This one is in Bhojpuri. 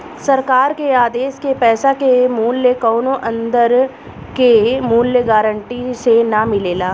सरकार के आदेश के पैसा के मूल्य कौनो अंदर के मूल्य गारंटी से ना मिलेला